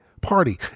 party